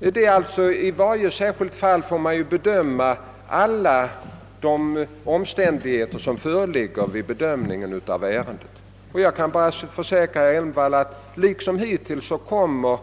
Man får alltså i varje särskilt fall bedöma alla de omständigheter som föreligger. Jag kan bara försäkra herr Elmstedt att liksom hittills kommer